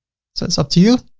so it's up to you.